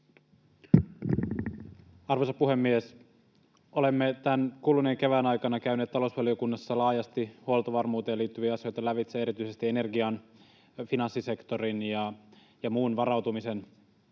Arvoisa puhemies! Olemme tämän kuluneen kevään aikana käyneet talousvaliokunnassa laajasti huoltovarmuuteen liittyviä asioita lävitse erityisesti energian, finanssisektorin ja muun varautumisen osalta,